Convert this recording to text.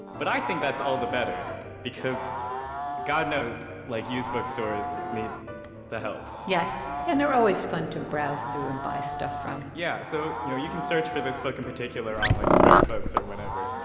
but i think that's all the better because god knows like, used bookstores need the help yes and they're always fun to browse through and buy stuff from yeah. so, you know, you can search for this book in particular on, like, thriftbooks or whatever.